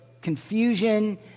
confusion